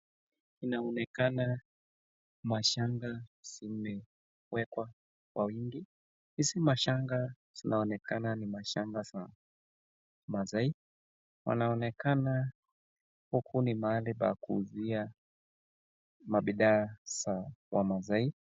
Inaonekana mashanga zimewekwa kwa wingi, hizi mashanga zinaonekana ni mashanga za maasai, panaonekana huku ni pahali pa kuuzia mabidhaa za wamaasai.